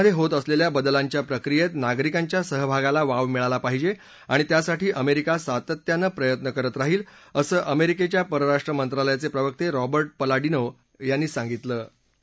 या देशामध्ये होत असलेल्या बदलांच्या प्रक्रियेत नागरिकांच्या सहभागाला वाव मिळाला पाहिजे आणि त्यासाठी अमेरिका सातत्यानं प्रयत्न करत राहील असं अमेरिकेच्या परराष्ट्र मंत्रालयाचे प्रवक्ते रॉबर्ट पलाडिनो म्हणाले